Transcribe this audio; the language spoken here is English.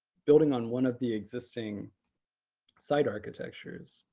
building on one of the existing site architectures?